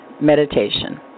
Meditation